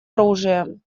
оружием